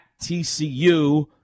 TCU